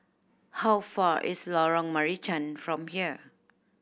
how far is Lorong Marican from here